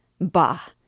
Bah